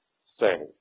say